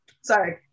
sorry